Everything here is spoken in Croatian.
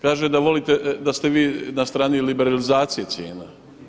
Kaže da ste vi na strani liberalizacije cijena.